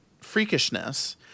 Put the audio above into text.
freakishness